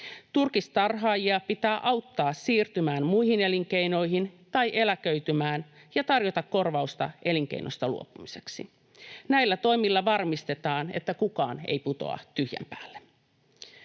Turkistarhaajia pitää auttaa siirtymään muihin elinkeinoihin tai eläköitymään, ja heille pitää tarjota korvausta elinkeinosta luopumiseksi. Näillä toimilla varmistetaan, että kukaan ei putoa tyhjän päälle.